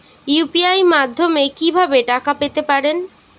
UPI মাধ্যমে কি ভাবে টাকা পেতে পারেন?